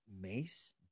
mace